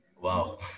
Wow